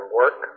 work